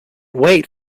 wait